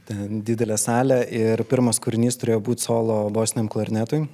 ten didelė salė ir pirmas kūrinys turėjo būt solo bosiniam klarnetui